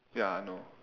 ya I know